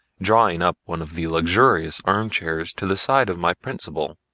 drawing up one of the luxurious arm-chairs to the side of my principal.